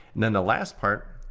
then the last part,